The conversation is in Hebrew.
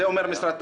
זה כולל גם העברות.